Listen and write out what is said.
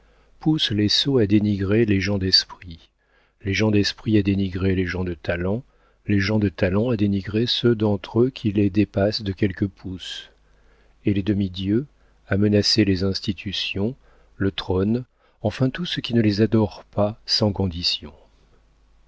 pousse les sots à dénigrer les gens d'esprit les gens d'esprit à dénigrer les gens de talent les gens de talent à dénigrer ceux d'entre eux qui les dépassent de quelques pouces et les demi-dieux à menacer les institutions le trône enfin tout ce qui ne les adore pas sans condition